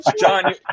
John